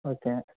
okay